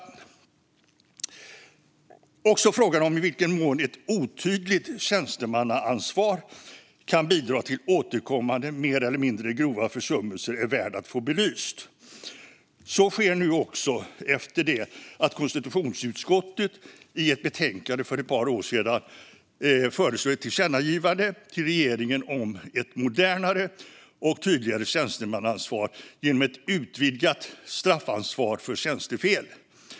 Också frågan om i vilken mån ett otydligt tjänstemannaansvar kan bidra till återkommande mer eller mindre grova försummelser är värd att få belyst. Så sker nu också efter det att konstitutionsutskottet i ett betänkande för ett par år sedan föreslog ett tillkännagivande till regeringen om ett modernare och tydligare tjänstemannaansvar genom ett utvidgat straffansvar för tjänstefel.